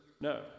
No